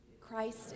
Christ